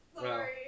Sorry